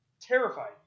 terrified